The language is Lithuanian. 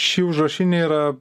ši užrašinė yra